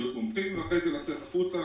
ואחרי זה לצאת החוצה